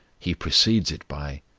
he precedes it by,